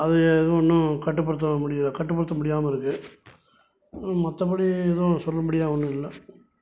அது எது ஒன்றும் கட்டுப்படுத்த முடியல கட்டுப்படுத்த முடியாமல் இருக்குது மற்றபடி எதுவும் சொல்லும்படியாக ஒன்றும் இல்லை